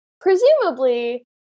Presumably